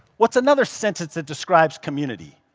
what is another sentence that describes community?